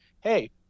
hey